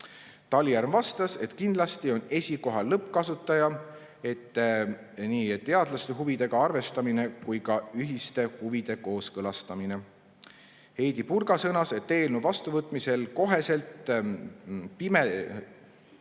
Talihärm vastas, et kindlasti on esikohal lõppkasutaja, nii teadlaste huvidega arvestamine kui ka ühiste huvide kooskõlastamine. Heidy Purga sõnas, et eelnõu vastuvõtmisel pimedate